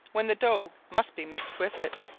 when the dough must be mixed with it,